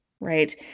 Right